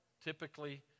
typically